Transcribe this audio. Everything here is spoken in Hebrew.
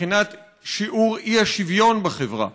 מבחינת שיעור האי-שוויון בחברה.